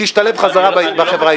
שישתלב חזרה בחברה הישראלית.